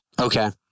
Okay